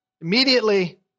Immediately